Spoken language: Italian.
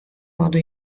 modo